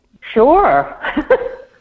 Sure